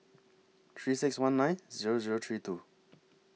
three six one nine Zero Zero three two